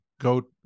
go